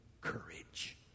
courage